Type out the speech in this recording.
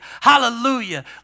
hallelujah